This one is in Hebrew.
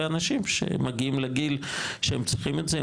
אנשים שמגיעים לגיל שהם צריכים את זה,